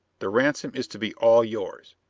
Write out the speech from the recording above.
the ransom is to be all yours.